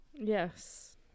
Yes